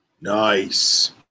Nice